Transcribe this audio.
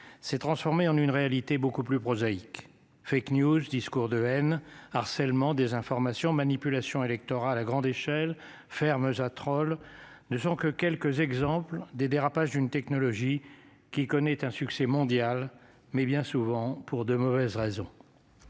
s'est transformé en une réalité beaucoup plus prosaïque avec News. Discours de haine harcèlement désinformation manipulation électorale à grande échelle ferme eux à trolls ne sont que quelques exemples des dérapages d'une technologie qui connaît un succès mondial, mais bien souvent, pour de mauvaises raisons.